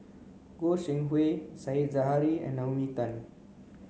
Goi Seng Hui Said Zahari and Naomi Tan